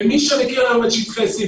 ומי שמכיר היום את שטחי C,